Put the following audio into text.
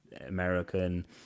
american